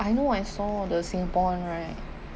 I know I saw the singapore one right